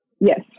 Yes